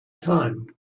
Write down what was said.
time